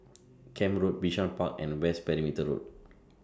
Camp Road Bishan Park and West Perimeter Road